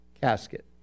casket